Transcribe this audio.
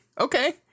okay